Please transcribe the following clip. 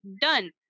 Done